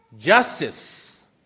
justice